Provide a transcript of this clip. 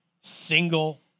single